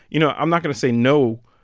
you know, i'm not going to say no,